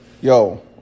Yo